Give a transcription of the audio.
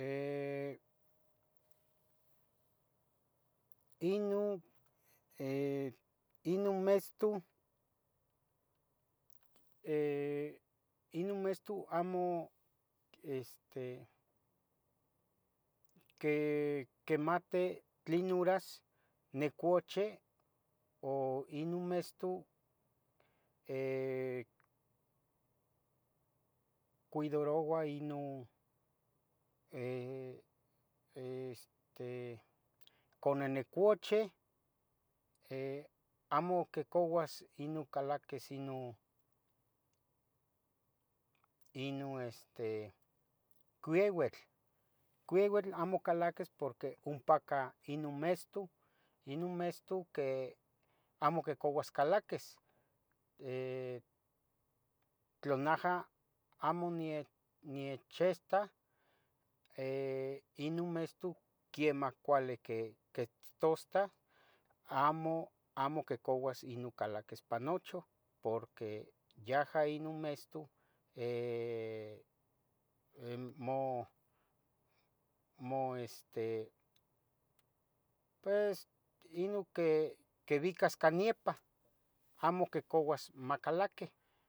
Eh, ino eh, ino mestu, eh ino mestu amo este qui quimati tlenuras nicuchi o ino mestu eh, cuidaroua ino eh, este, cuando nicuchi eh amo quicauas ino calaquis ino, ino este, quieuatl, quieuatl amo calaquis porque ompa cah ino mestu, ino mestu que amo quicauas calaquis, eh. Tla naha amo niec, niechista eh, ino mestu quemah cuali qui quitusta amo amo quicauas ino calaquis ipan nochu porque yaha ino mestu eh eh mo, mo este, pues ino que quiebicas ca niepa, amo quicauas macalaqui